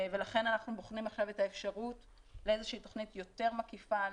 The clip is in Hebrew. ולכן אנחנו בוחנים עכשיו את האפשרות לאיזושהי תוכנית יותר מקיפה,